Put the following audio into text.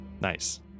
Nice